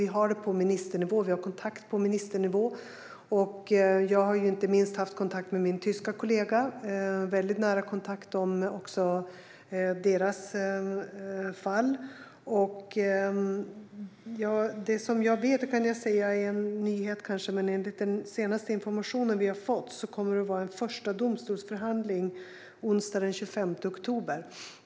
Vi har kontakt på ministernivå, och jag har inte minst haft väldigt nära kontakt med min tyska kollega om deras fall. Enligt den senaste information som vi har fått kommer det att vara en första domstolsförhandling onsdagen den 25 oktober.